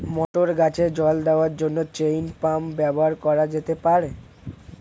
মটর গাছে জল দেওয়ার জন্য চেইন পাম্প ব্যবহার করা যেতে পার?